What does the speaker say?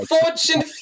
Fortune